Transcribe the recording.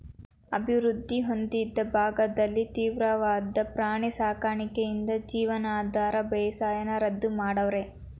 ಅಭಿವೃದ್ಧಿ ಹೊಂದಿದ ಭಾಗದಲ್ಲಿ ತೀವ್ರವಾದ ಪ್ರಾಣಿ ಸಾಕಣೆಯಿಂದ ಜೀವನಾಧಾರ ಬೇಸಾಯನ ರದ್ದು ಮಾಡವ್ರೆ